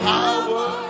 Power